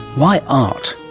why art?